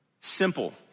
Simple